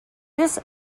this